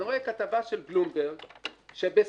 אני רואה כתבה של בלומברג שבסין